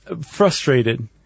frustrated